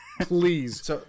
Please